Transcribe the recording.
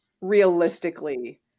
realistically